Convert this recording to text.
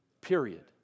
Period